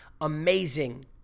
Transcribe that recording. Amazing